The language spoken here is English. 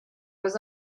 was